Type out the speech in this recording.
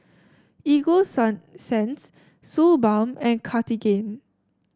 Ego Sunsense Suu Balm and Cartigain